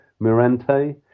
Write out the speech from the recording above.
Mirante